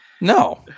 No